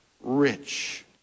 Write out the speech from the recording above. rich